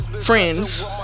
Friends